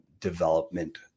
development